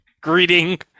greeting